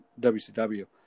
WCW